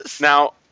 Now